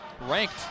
ranked